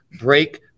break